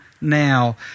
now